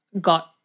got